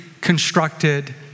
constructed